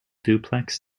duplex